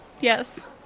Yes